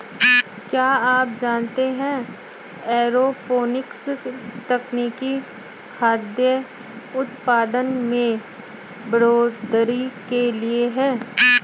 क्या आप जानते है एरोपोनिक्स तकनीक खाद्य उतपादन में बढ़ोतरी के लिए है?